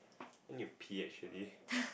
I need to pee actually